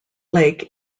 lake